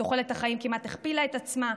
תוחלת החיים כמעט הכפילה את עצמה,